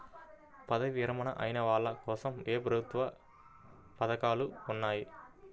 పదవీ విరమణ అయిన వాళ్లకోసం ఏ ప్రభుత్వ పథకాలు ఉన్నాయి?